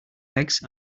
legs